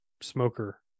smoker